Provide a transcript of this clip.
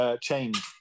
change